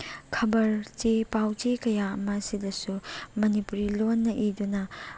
ꯈꯕꯔ ꯆꯦ ꯄꯥꯎꯆꯦ ꯀꯌꯥ ꯑꯃ ꯁꯤꯗꯁꯨ ꯃꯅꯤꯄꯨꯔꯤ ꯂꯣꯟꯅ ꯏꯗꯨꯅ